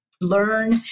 learn